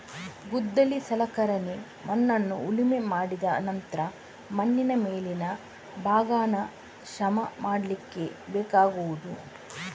ಗುದ್ದಲಿ ಸಲಕರಣೆ ಮಣ್ಣನ್ನ ಉಳುಮೆ ಮಾಡಿದ ನಂತ್ರ ಮಣ್ಣಿನ ಮೇಲಿನ ಭಾಗಾನ ಸಮ ಮಾಡ್ಲಿಕ್ಕೆ ಬೇಕಾಗುದು